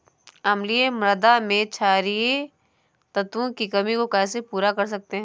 अम्लीय मृदा में क्षारीए तत्वों की कमी को कैसे पूरा कर सकते हैं?